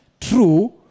true